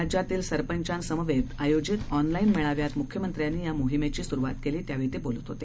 राज्यातील संरपंचासमवेत आयोजित ऑनलाईन मेळाव्यात मुख्यमंत्र्यांनी या मोहिमेची सुरुवात केली त्यावेळी ते बोलत होते